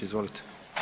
Izvolite.